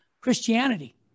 Christianity